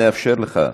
נאפשר לך.